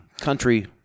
country